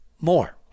more